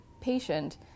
patient